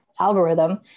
algorithm